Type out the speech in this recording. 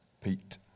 Pete